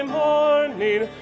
morning